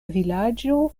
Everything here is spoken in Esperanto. vilaĝo